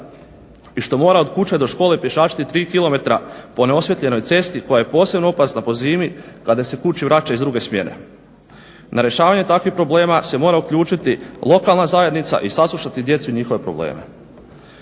i što mora od kuće do škole pješačiti 3 km po neosvijetljenoj cesti koja je posebno opasna po zimi kada se kući vraća iz druge smjene. Na rješavanju takvih problema se mora uključiti lokalna zajednica i saslušati djecu i njihove probleme.